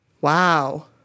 Wow